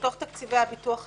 מתוך תקציבי הביטוח הלאומי.